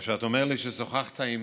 כאשר אתה אומר לי ששוחחת עם